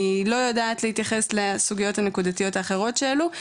אני לא יודעת להתייחס לסוגיות הנקודתיות האחרות שהעלו,